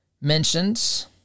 mentions